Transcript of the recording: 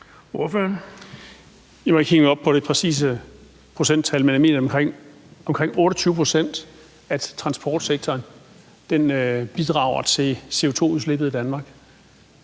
Jensen (S): I må ikke hænge mig op på det præcise procenttal, men jeg mener, det er omkring 28 pct., transportsektoren bidrager til CO₂-udslippet i Danmark.